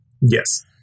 Yes